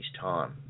time